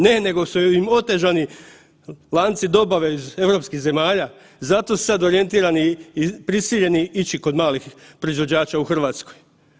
Ne, nego su im otežani lanci dobave iz europskih zemalja, zato su sad orijentirani i prisiljeni ići kod malih proizvođača u Hrvatskoj.